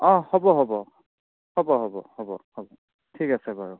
অঁ হ'ব হ'ব হ'ব হ'ব হ'ব হ'ব ঠিক আছে বাৰু